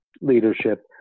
leadership